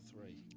three